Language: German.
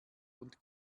und